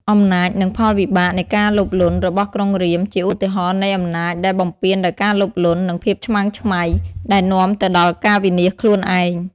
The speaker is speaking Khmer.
អំណាច និងផលវិបាកនៃការលោភលន់របស់ក្រុងរាពណ៍ជាឧទាហរណ៍នៃអំណាចដែលបំពានដោយការលោភលន់ និងភាពឆ្មើងឆ្មៃ ដែលនាំទៅដល់ការវិនាសខ្លួនឯង ។